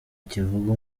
kivuga